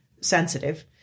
sensitive